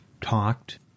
talked